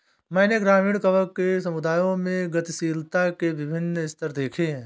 मैंने ग्रामीण काव्य कि समुदायों में गतिशीलता के विभिन्न स्तर देखे हैं